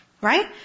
Right